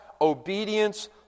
obedience